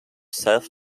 self